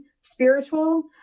spiritual